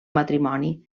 matrimoni